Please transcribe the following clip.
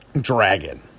Dragon